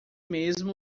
mesmo